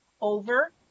over